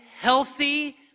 healthy